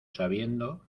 sabiendo